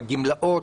הגמלאות,